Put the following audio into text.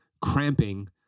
cramping